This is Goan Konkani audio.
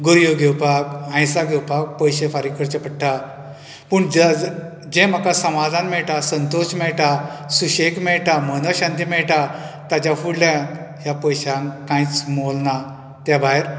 गर्यो घेवपाक हांयसां घेवपाक पयशे फारीक करचे पडटा पूण जेस जे म्हाका समाधान मेळटा संतोश मेळटा सुशेग मेळटा मनशांती मेळटा ताचें फुडल्यान ह्या पयशांक कांयच मोल ना त्या भायर